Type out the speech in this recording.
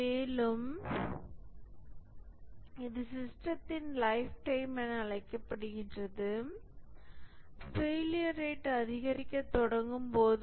மேலும் இது சிஸ்டத்தின் லைஃப் டைம் என அழைக்கப்படுகிறது ஃபெயிலியர் ரேட் அதிகரிக்கத் தொடங்கும் போது